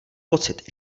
pocit